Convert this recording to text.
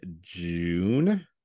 June